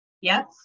Yes